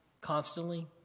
constantly